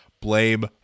Blame